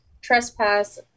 trespass